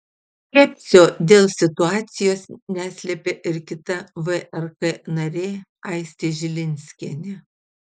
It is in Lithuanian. skepsio dėl situacijos neslėpė ir kita vrk narė aistė žilinskienė